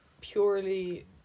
purely